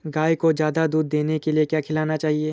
गाय को ज्यादा दूध देने के लिए क्या खिलाना चाहिए?